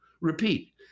repeat